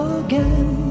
again